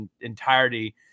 entirety